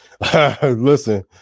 Listen